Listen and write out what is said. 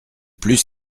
plus